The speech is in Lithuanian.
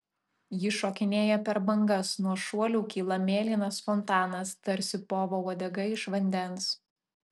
ji šokinėja per bangas nuo šuolių kyla mėlynas fontanas tarsi povo uodega iš vandens